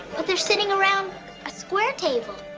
but they're sitting around a square table.